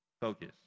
focus